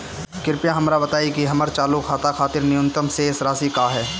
कृपया हमरा बताइं कि हमर चालू खाता खातिर न्यूनतम शेष राशि का ह